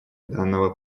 данного